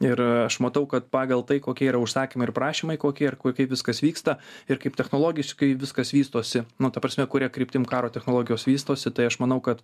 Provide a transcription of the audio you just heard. ir aš matau kad pagal tai kokie yra užsakymai ir prašymai kokie ir kaip viskas vyksta ir kaip technologiškai viskas vystosi nu ta prasme kuria kryptim karo technologijos vystosi tai aš manau kad